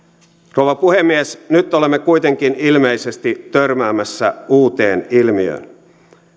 rouva puhemies nyt olemme kuitenkin ilmeisesti törmäämässä uuteen ilmiöön